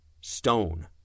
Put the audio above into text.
Stone